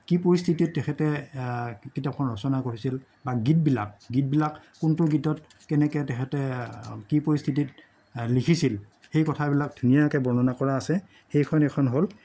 কি পৰিস্থিতিত তেখেতে কিতাপখন ৰচনা কৰিছিল বা গীতবিলাক গীতবিলাক কোনটো গীতত কেনেকে তেখেতে কি পৰিস্থিতিত লিখিছিল সেই কথাবিলাক ধুনীয়াকে বৰ্ণনা কৰা আছে সেইখন এখন হ'ল